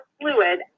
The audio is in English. fluid